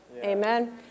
Amen